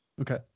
okay